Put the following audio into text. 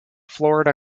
florida